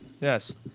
Yes